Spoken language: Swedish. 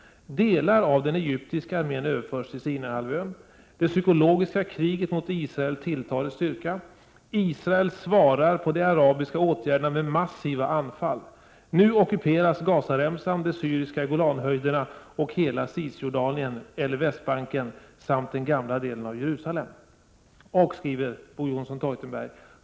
Delar av den egyptiska armén överförs till Sinaihalvön. Det psykologiska kriget mot Israel tilltar i styrka. Israel svarar på de arabiska åtgärderna med massiva anfall. Nu ockuperas Gazaremsan, de syriska Golanhöjderna och hela CIS-Jordanien eller Västbanken samt den gamla delen av Jerusalem.